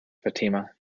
fatima